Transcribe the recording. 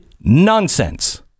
nonsense